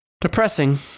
depressing